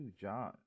John